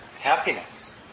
happiness